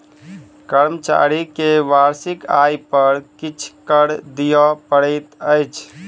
कर्मचारी के वार्षिक आय पर किछ कर दिअ पड़ैत अछि